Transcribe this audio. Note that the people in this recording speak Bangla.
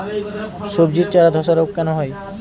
সবজির চারা ধ্বসা রোগ কেন হয়?